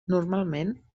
normalment